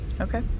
Okay